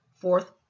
fourth